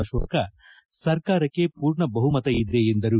ಆಶೋಕ್ ಸರಕಾರಕ್ಕೆ ಪೂರ್ಣ ಬಹುಮತ ಇದೆ ಎಂದರು